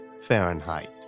Fahrenheit